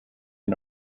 and